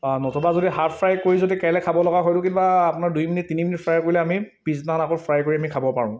নতুবা যদি half fry কৰি যদি কাইলৈ খাব লগা হয়টো কেতিয়াবা আপোনাৰ দুই মিনিট তিনি মিনিট ফ্ৰাই কৰিলে আমি পিছদিনাখন আকৌ ফ্ৰাই কৰি আমি খাব পাৰোঁ